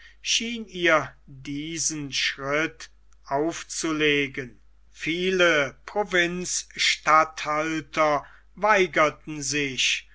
schien ihr diesen schritt aufzulegen viele provinzstatthalter weigerten sich